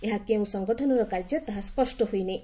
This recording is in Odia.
ଏହା କେଉଁ ସଂଗଠନର କାର୍ଯ୍ୟ ତାହା ସ୍ୱଷ୍ୟ ହୋଇନି